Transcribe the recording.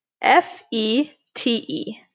F-E-T-E